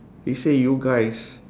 he say you guys